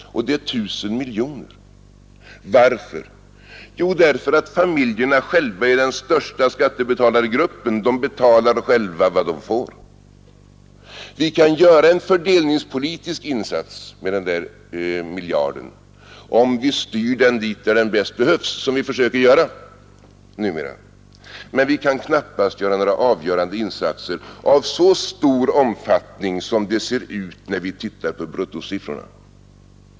Och det är 1 000 miljoner! Varför? Jo, för att familjerna själva är den största skattebetalargruppen. De betalar själva vad de får. Vi kan göra en fördelningspolitisk insats med den där miljarden, om vi styr den dit där den bäst behövs, som vi försöker göra nu. Men vi kan knappast göra några avgörande insatser av så stor omfattning som det ser ut när vi tittar på bruttosiffrorna.